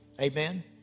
Amen